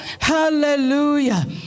Hallelujah